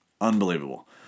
unbelievable